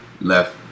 left